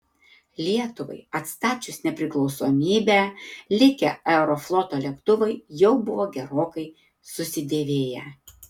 lietuvai atstačius nepriklausomybę likę aerofloto lėktuvai jau buvo gerokai susidėvėję